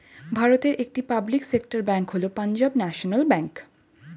ভারতের একটি public sector bank হল পাঞ্জাব ন্যাশনাল ব্যাঙ্ক